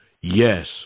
Yes